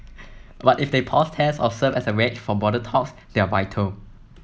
but if they pause tests or serve as a wedge for broader talks they're vital